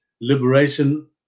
liberation